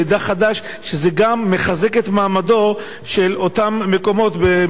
שגם מחזק את מעמדו באותם מקומות במזרח-אירופה?